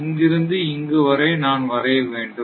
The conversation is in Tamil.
இங்கிருந்து இங்கு வரை நான் வரைய வேண்டும்